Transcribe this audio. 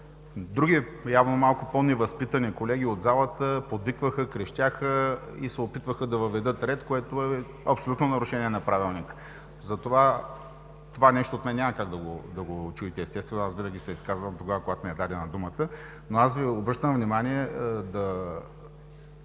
други, явно малко по-невъзпитани колеги от залата, подвикваха, крещяха и се опитваха да въведат ред, което е абсолютно нарешение на Правилника. Такова нещо от мен няма как да го чуете, естествено, аз винаги се изказвам тогава, когато ми е дадена думата, но Ви обръщам внимание да